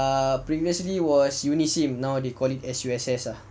err previously was unisim now they call it S_U_S_S ah